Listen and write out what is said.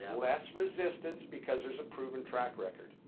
yeah less resistance because there's a proven track record.